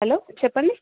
hello చెప్పండి